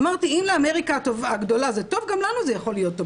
אמרתי שאם לאמריקה הגדולה זה טוב גם לנו זה יכול להיות טוב.